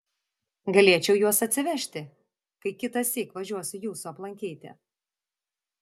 galėčiau juos atsivežti kai kitąsyk važiuosiu jūsų aplankyti